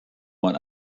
man